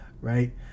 right